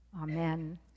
amen